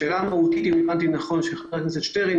לשאלת חברת הכנסת שטרן,